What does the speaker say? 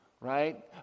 right